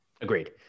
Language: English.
Agreed